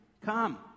come